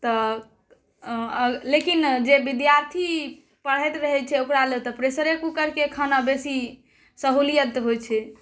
तऽ लेकिन जे विद्यार्थी पढ़ैत रहै छै तऽ ओकरा लेल प्रेशरे कुकरके खाना बेसी सहुलियत होइ छै